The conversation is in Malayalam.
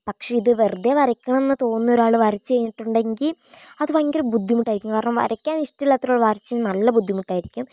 പക്ഷേ ഇതു വെറുതെ വരയ്ക്കണം എന്നു തോന്നുന്നൊരാൾ വരച്ചു കഴിഞ്ഞിട്ടുണ്ടെങ്കിൽ അതു ഭയങ്കര ബുദ്ധിമുട്ടായിരിക്കും കാരണം വരയ്ക്കാൻ ഇഷ്ടമില്ലാത്തൊരാൾ വരച്ചാൽ നല്ല ബുദ്ധിമുട്ടായിരിക്കും